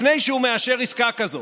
לפני שהוא מאשר עסקה כזאת.